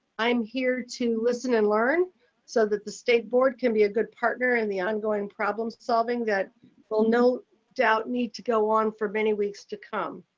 i'm here to listen and learn so that the state board can be a good partner in the ongoing problem-solving that will no doubt need to go on for many weeks to come.